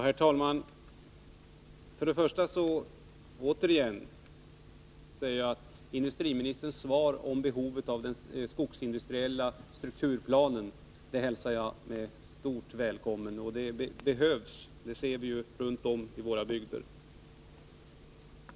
Herr talman! Industriministerns svar om behovet av den skogsindustriella strukturplanen är mycket välkommet. Att en sådan plan behövs ser vi runt om i våra bygder.